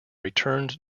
returned